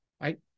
right